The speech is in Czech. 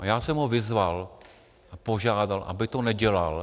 A já jsem ho vyzval a požádal, aby to nedělal.